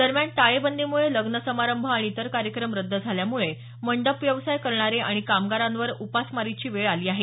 दरम्यान टाळेबंदीमुळे लग्न समारंभ आणि इतर कार्यक्रम रद्द झाल्यामुळे मंडप व्यवसाय करणारे आणि कामगारावरांवर उपासमारीची वेळ आली आहे